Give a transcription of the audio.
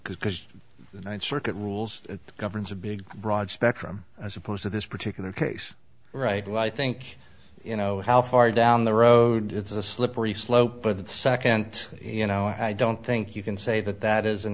mean because the ninth circuit rules that governs a big broad spectrum as opposed to this particular case right well i think you know how far down the road it's a slippery slope but the second you know i don't think you can say that that is an